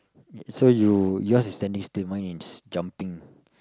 so you your's is standing still mine is jumping